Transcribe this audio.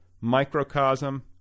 microcosm